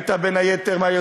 היית בין היוזמים.